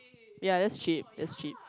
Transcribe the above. ya that's cheap that's cheap